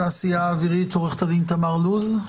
מהתעשייה האווירית נמצאת עורכת הדין תמר לוז.